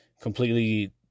completely